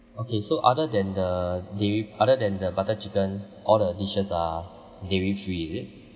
okay so other than the dairy other than the butter chicken all the dishes are dairy free is it